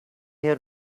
here